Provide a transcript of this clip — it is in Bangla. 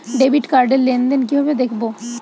ডেবিট কার্ড র লেনদেন কিভাবে দেখবো?